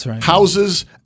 houses